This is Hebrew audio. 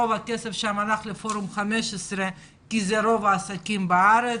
רוב הכסף שם הלך לפורום 15 כי אלה רוב העסקים בארץ.